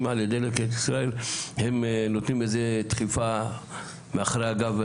על ידי 'לקט ישראל' הם נותנים איזה דחיפה מאחורי הגב,